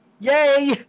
Yay